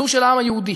זו של העם היהודי.